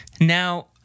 Now